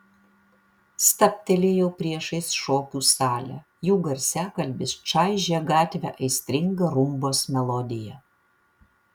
stabtelėjau priešais šokių salę jų garsiakalbis čaižė gatvę aistringa rumbos melodija